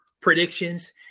predictions